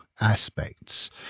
aspects